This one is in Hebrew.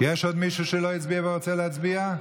יש עוד מישהו שלא הצביע ורוצה להצביע?